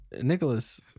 Nicholas